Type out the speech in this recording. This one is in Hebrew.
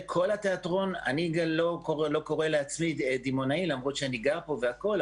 אני לא קורא לעצמי דימונאי למרות שאני גר פה והכול,